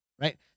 right